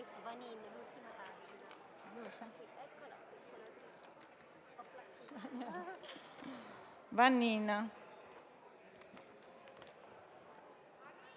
Vanin